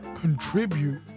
contribute